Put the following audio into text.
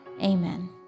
Amen